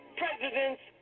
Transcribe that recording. presidents